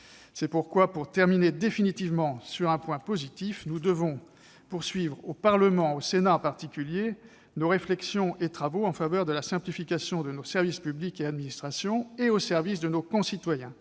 C'est pourquoi, pour terminer sur un point positif, nous devons poursuivre au Parlement, en particulier au Sénat, nos réflexions et travaux en faveur de la simplification de nos services publics et administrations, et au service de nos concitoyens.